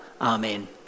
Amen